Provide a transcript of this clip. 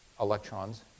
electrons